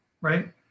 right